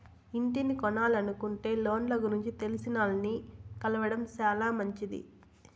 ఇంటిని కొనలనుకుంటే లోన్ల గురించి తెలిసినాల్ని కలవడం శానా మంచిది